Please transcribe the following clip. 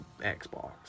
Xbox